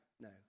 No